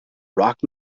rock